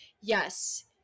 yes